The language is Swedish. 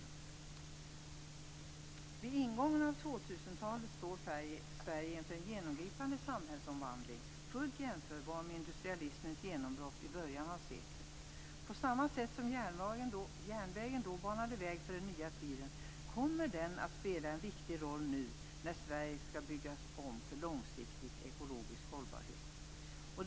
Vid ingången av 2000-talet står Sverige inför en genomgripande samhällsomvandling, fullt jämförbar med industrialismens genombrott i början av seklet. På samma sätt som järnvägen då banade väg för den nya tiden kommer den att spela en viktig roll nu när Sverige skall byggas om för långsiktig ekologisk hållbarhet.